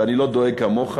ואני לא דואג כמוך,